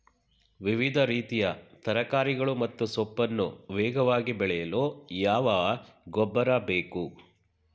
ವಿವಿಧ ರೀತಿಯ ತರಕಾರಿಗಳು ಮತ್ತು ಸೊಪ್ಪನ್ನು ವೇಗವಾಗಿ ಬೆಳೆಯಲು ಯಾವ ಗೊಬ್ಬರ ಬೇಕು?